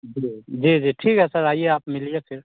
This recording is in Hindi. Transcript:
जी जी जी ठीक है सर आइए आप मिलिए फिर